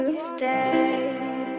Stay